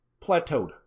plateaued